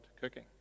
cooking